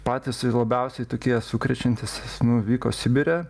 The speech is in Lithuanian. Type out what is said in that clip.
patys labiausiai tokie sukrečiantys nu vyko sibire